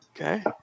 Okay